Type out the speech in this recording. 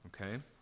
okay